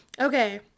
Okay